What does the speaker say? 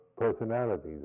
personalities